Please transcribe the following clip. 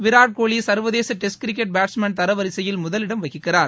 விராட்கோலி சா்வதேச test cricket batsman தர வரிசையில் முதலிடம் வகிக்கிறார்